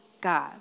God